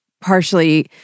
partially